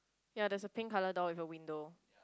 ya there is a pink colour door with a window